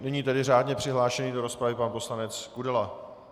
Nyní tedy řádně přihlášený do rozpravy pan poslanec Kudela.